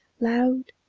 loud,